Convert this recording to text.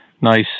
Nice